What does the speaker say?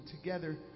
together